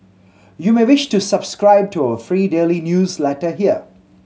you may wish to subscribe to our free daily newsletter here